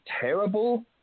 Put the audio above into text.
terrible